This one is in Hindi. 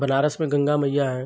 बनारस में गंगा मइया हैं